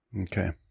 Okay